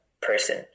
person